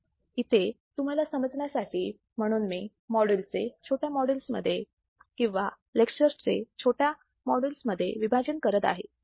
इथे तुम्हाला समजण्यासाठी म्हणून मी मॉड्यूल चे छोट्या मॉड्यूलस मध्ये किंवा लेक्चर्स चे छोट्या मॉड्यूलस मध्ये विभाजन करत आहे